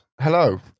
hello